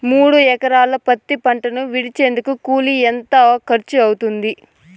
మూడు ఎకరాలు పత్తి పంటను విడిపించేకి కూలి ఎంత ఖర్చు అవుతుంది?